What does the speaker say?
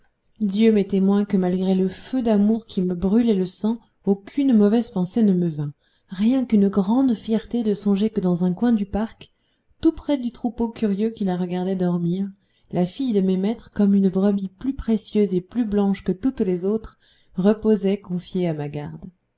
dieu m'est témoin que malgré le feu d'amour qui me brûlait le sang aucune mauvaise pensée ne me vint rien qu'une grande fierté de songer que dans un coin du parc tout près du troupeau curieux qui la regardait dormir la fille de mes maîtres comme une brebis plus précieuse et plus blanche que toutes les autres reposait confiée à ma garde